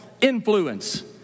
influence